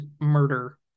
murder